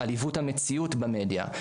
המציאות במדיה,